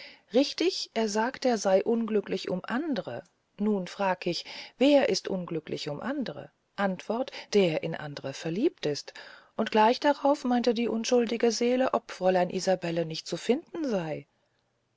richtig er sagt er sey unglücklich um andre nun frag ich wer ist unglücklich um andre antwort der in andre verliebt ist und gleich darauf meint die unschuldige seele ob fräulein isabelle nicht zu finden sey